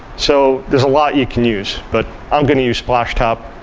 so, there's a lot you can use, but i'm going to use splashtop.